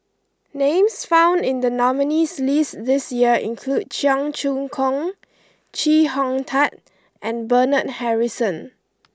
names found in the nominees' list this year include Cheong Choong Kong Chee Hong Tat and Bernard Harrison